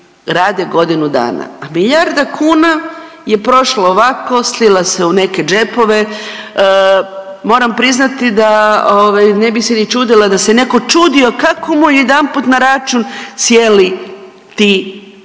rade godinu dana. A milijarda kuna je prošla ovako, slila se u neke džepove, moram priznati da ovaj ne bi se ni čudila da se neko čudio kako mu je odjedanput na račun sjeli ti veliki